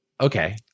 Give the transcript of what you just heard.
okay